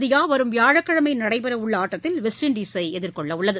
India வரும் வியாழக்கிழமை நடைபெறவுள்ள ஆட்டத்தில் வெஸ்ட் இண்டலை எதிர்கொள்ளவுள்ளது